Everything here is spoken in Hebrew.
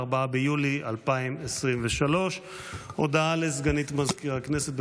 4 ביולי 2023. הודעה לסגנית מזכיר הכנסת,